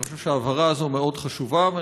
אני חושב שההבהרה הזאת חשובה מאוד,